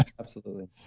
absolutely